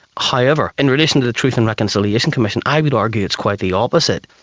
however, in relation to the truth and reconciliation commission, i would argue it's quite the opposite.